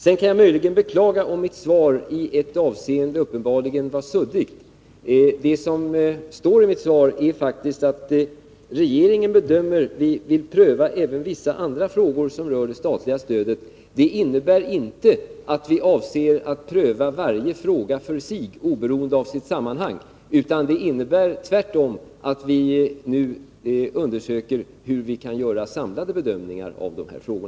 Jag kan möjligen beklaga om mitt svar i ett avseende var suddigt. Det står faktiskt i svaret att regeringen vill ”pröva även vissa andra frågor som berör det statliga presstödet”. Det innebär inte att vi avser att pröva varje fråga för sig oberoende av sitt sammanhang, utan det innebär tvärtom att vi nu undersöker hur vi kan göra samlade bedömningar av dessa frågor.